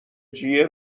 جیه